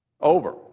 over